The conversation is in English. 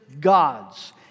God's